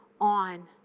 on